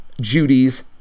Judy's